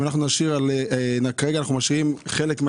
הצבעה